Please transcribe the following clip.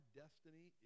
destiny